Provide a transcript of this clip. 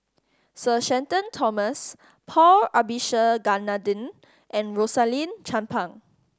Sir Shenton Thomas Paul Abisheganaden and Rosaline Chan Pang